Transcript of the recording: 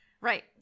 Right